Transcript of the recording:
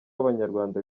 abanyarwanda